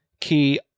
key